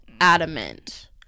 adamant